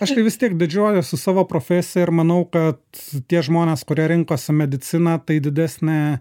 aš tai vis tiek didžiuojuosi savo profesija ir manau kad tie žmonės kurie rinkosi mediciną tai didesnė